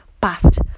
past